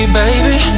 baby